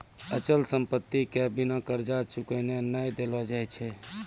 अचल संपत्ति के बिना कर्जा चुकैने नै देलो जाय छै